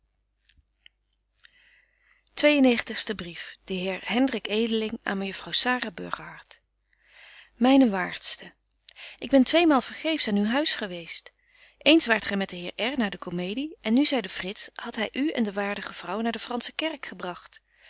negentigste brief de heer hendrik edeling aan mejuffrouw sara burgerhart myne waardste ik ben tweemaal vergeefsch aan uw huis geweest eens waart gy met den heer r naar de comedie en nu zeide frits hadt hy u en de waardige vrouw naar de fransche kerk gebragt